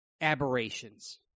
aberrations